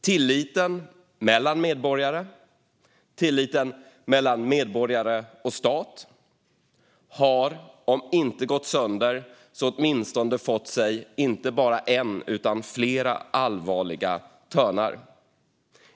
Tilliten mellan medborgare och tilliten mellan medborgare och stat har om inte gått sönder så åtminstone fått sig inte bara en utan flera allvarliga törnar.